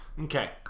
Okay